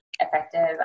effective